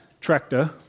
tractor